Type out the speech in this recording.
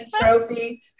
trophy